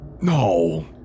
No